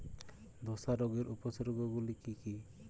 ধসা রোগের উপসর্গগুলি কি কি?